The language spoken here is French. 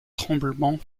tremblement